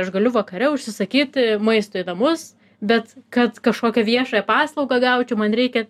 aš galiu vakare užsisakyti maisto į namus bet kad kažkokią viešąją paslaugą gaučiau man reikia